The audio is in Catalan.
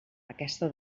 aquesta